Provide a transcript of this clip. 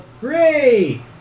Hooray